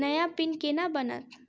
नया पिन केना बनत?